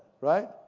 right